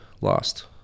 lost